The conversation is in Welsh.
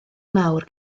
mawr